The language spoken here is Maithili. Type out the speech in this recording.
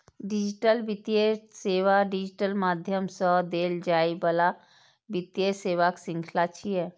डिजिटल वित्तीय सेवा डिजिटल माध्यम सं देल जाइ बला वित्तीय सेवाक शृंखला छियै